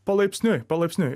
palaipsniui palaipsniui